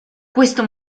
questo